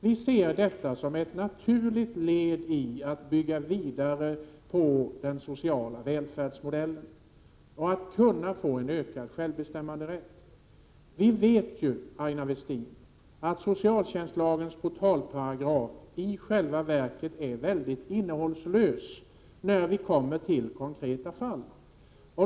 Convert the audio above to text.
Vi ser detta som ett naturligt led i att bygga vidare på den sociala välfärdsmodellen — att åstadkomma ökad självbestämmanderätt. Vi vet, Aina Westin, att socialtjänstlagens portalparagraf i själva verket är mycket innehållslös när vi kommer till konkreta fall.